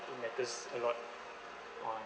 it matters a lot on